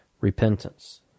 repentance